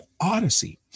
Odyssey